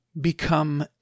become